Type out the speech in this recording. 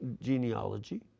genealogy